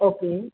okay